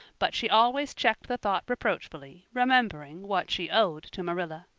but she always checked the thought reproachfully, remembering what she owed to marilla.